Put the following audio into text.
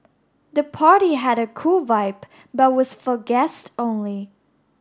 the party had a cool vibe but was for guests only